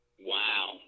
Wow